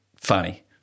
funny